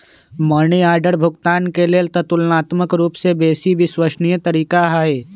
money order भुगतान के लेल ततुलनात्मक रूपसे बेशी विश्वसनीय तरीका हइ